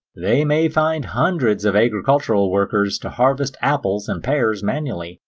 they may find hundreds of agricultural workers to harvest apples and pears manually,